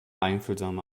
einfühlsame